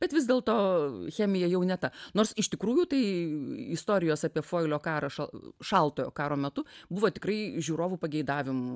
bet vis dėlto chemija jau ne ta nors iš tikrųjų tai istorijos apie foilio karą šaltojo karo metu buvo tikrai žiūrovų pageidavimu